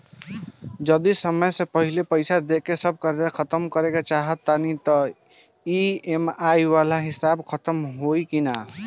जदी समय से पहिले पईसा देके सब कर्जा खतम करे के चाही त ई.एम.आई वाला हिसाब खतम होइकी ना?